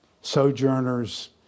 sojourners